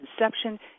inception